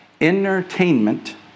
Entertainment